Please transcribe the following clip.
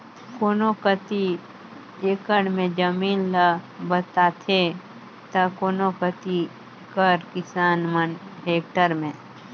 कोनो कती एकड़ में जमीन ल बताथें ता कोनो कती कर किसान मन हेक्टेयर में